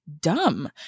dumb